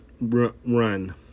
run